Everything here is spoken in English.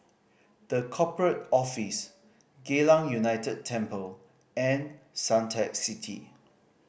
The Corporate Office Geylang United Temple and Suntec City